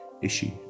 issue